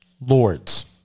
lords